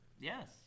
Yes